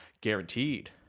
guaranteed